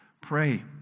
Pray